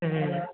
ம்